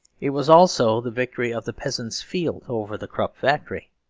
it was also the victory of the peasant's field over the krupp factory.